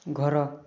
ଘର